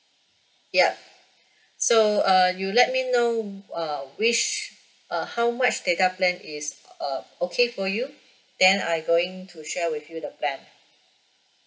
yup so uh you let me know err which uh how much data plan is uh okay for you then I going to share with you the plan